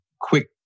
Quick